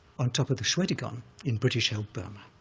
on top of the shwedagon in british-held burma.